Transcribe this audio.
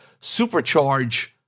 supercharge